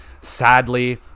Sadly